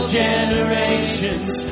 generations